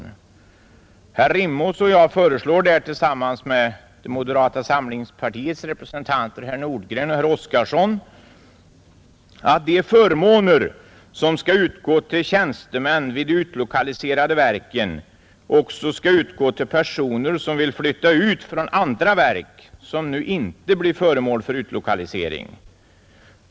Herr Rimås och jag föreslår där tillsammans med moderata samlingspartiets representanter herr Nordgren och herr Oskarson att de förmåner som skall utgå till tjänstemän vid de utlokaliserade verken också skall utgå till personer som vill flytta ut och som arbetar i andra verk vilka inte blir föremål för utlokalisering.